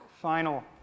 final